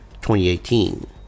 2018